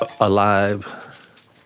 alive